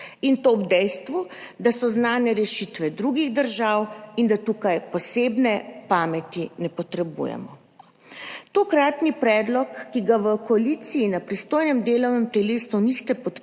In to ob dejstvu, da so znane rešitve drugih držav in da tukaj posebne pameti ne potrebujemo. Tokratni predlog, ki ga v koaliciji na pristojnem delovnem telesu niste podprli